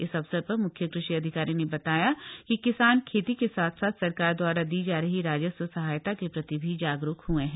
इस अवसर पर मुख्य कृषि अधिकारी ने बताया कि किसान खेती के साथ साथ सरकार द्वारा दी जा रही राजस्व सहायता के प्रति भी जागरूक हुए हैं